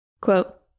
Quote